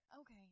Okay